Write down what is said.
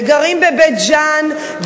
וגרים בבית-ג'ן,